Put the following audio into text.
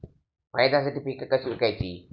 फायद्यासाठी पिके कशी विकायची?